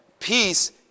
peace